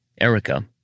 Erica